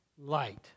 light